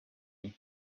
you